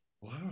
Wow